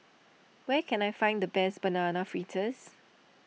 where can I find the best Banana Fritters